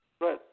Right